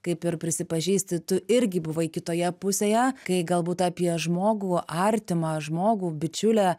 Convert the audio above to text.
kaip ir prisipažįsti tu irgi buvai kitoje pusėje kai galbūt apie žmogų artimą žmogų bičiulę